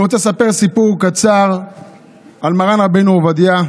אני רוצה לספר סיפור קצר על מרן, רבנו עובדיה,